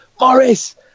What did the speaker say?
Morris